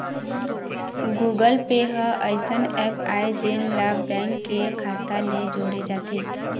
Google Pay ह अइसन app आय जेन ला बेंक के खाता ले जोड़े जाथे